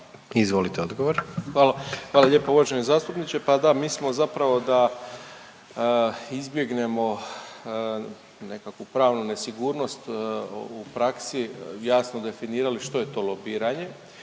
Hvala. Hvala lijepo uvaženi zastupniče, pa da mi smo zapravo da izbjegnemo nekakvu pravnu nesigurnost u praksi jasno definirali što je to lobiranje,